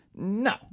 No